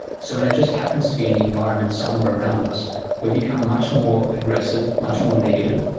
so when it just happens to be in the environment somewhere around us we become much more aggressive, much more negative,